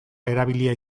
erabilia